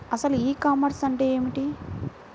అసలు e commerce అంటే ఏమిటి?